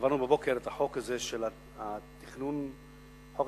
עברנו בבוקר את חוק התכנון והבנייה,